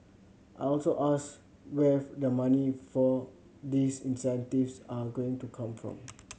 I also asked where the money for these incentives are going to come from